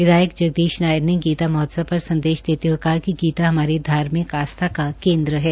विधायक जगदीश नायर ने गीता महोत्सव पर संदेश देते हये कहा कि गीता हमारी धार्मिक आस्था का केन्द्र है